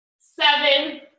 seven